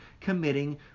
committing